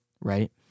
right